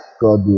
God